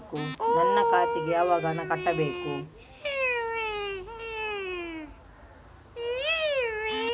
ನನ್ನ ಖಾತೆಗೆ ಹಣ ಯಾವಾಗ ಕಟ್ಟಬೇಕು?